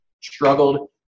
struggled